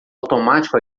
automático